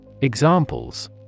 Examples